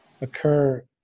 occur